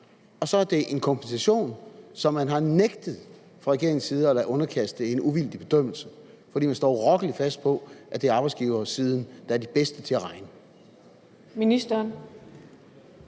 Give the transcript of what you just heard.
og så er det en kompensation, som man fra regeringens side har nægtet at lade underkaste en uvildig bedømmelse, fordi man står urokkelig fast på, at det er arbejdsgiversiden, der er de bedste til at regne.